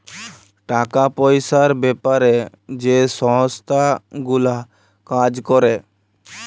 টাকা পয়সার বেপারে যে সংস্থা গুলা কাজ ক্যরে